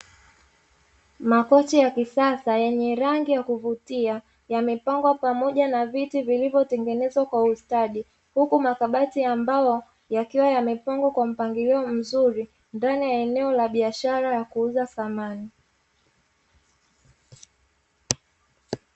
Makochi ya kisasa yenye rangi ya kuvutia yamepangwa pamoja na viti vilivyotengenezwa kwa ustadi, huku makabati ya mbao yakiwa yamepangwa kwa mpangilio mzuri ndani ya eneo la biashara la kuuza samani.